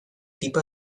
tipa